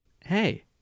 hey